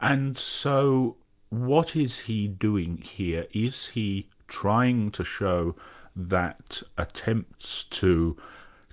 and so what is he doing here? is he trying to show that attempts to